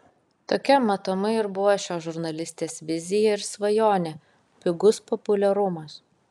tokia matomai ir buvo šios žurnalistės vizija ir svajonė pigus populiarumas